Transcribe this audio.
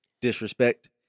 disrespect